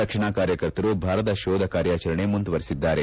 ರಕ್ಷಣಾ ಕಾರ್ಯಕರ್ತರು ಭರದ ಶೋಧ ಕಾರ್ಯಾಚರಣೆ ಮುಂದುವರೆಸಿದ್ದಾರೆ